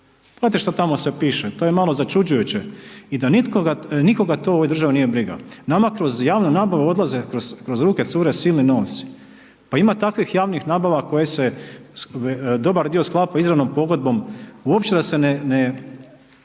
znate šta tamo sve piše, to je malo začuđujuće i da nikoga to u ovoj državi nije briga. Nama kroz javnu nabavu odlaze, kroz ruke cure silni novci. Pa ima takvih javnih nabava koje se dobar dio skapa izravnom pogodbom uopće da se ne